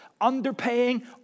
underpaying